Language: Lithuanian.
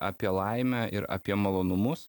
apie laimę ir apie malonumus